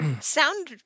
sound